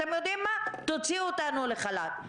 אתם יודעים מה, תוציאו אותנו לחל"ת.